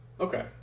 Okay